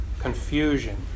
confusion